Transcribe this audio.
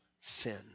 sin